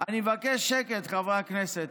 אני מבקש שקט, חברי הכנסת.